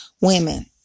Women